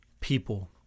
people